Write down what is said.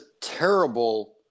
terrible